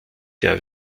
der